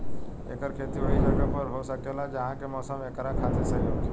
एकर खेती ओहि जगह पर हो सकेला जहा के मौसम एकरा खातिर सही होखे